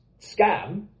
scam